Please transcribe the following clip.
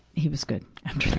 he was good.